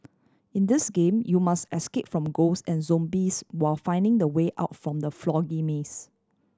in this game you must escape from ghost and zombies while finding the way out from the maze